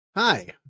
Hi